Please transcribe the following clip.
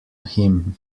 him